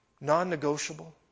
non-negotiable